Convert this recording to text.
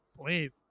please